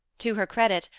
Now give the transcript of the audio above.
to her credit,